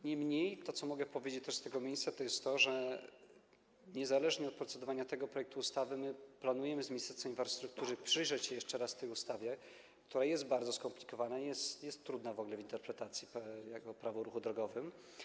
Niemniej, co mogę powiedzieć z tego miejsca, niezależnie od procedowania nad tym projektem ustawy planujemy z Ministerstwem Infrastruktury przyjrzeć się jeszcze raz tej ustawie, która jest bardzo skomplikowana, jest trudna w ogóle w interpretacji, jako prawo o ruchu drogowym.